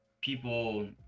people